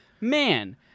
Man